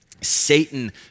Satan